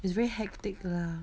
it's very hectic lah